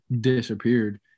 disappeared